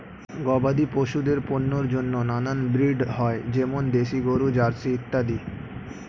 গবাদি পশুদের পণ্যের জন্য নানান ব্রিড হয়, যেমন দেশি গরু, জার্সি ইত্যাদি